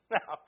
Now